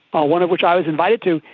ah one of which i was invited to,